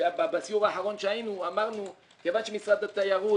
בסיור האחרון שהיינו אמרנו, כיוון שמשרד התיירות